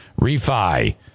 refi